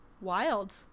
Wild